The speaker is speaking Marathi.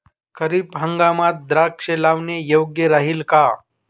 खरीप हंगामात द्राक्षे लावणे योग्य राहिल का?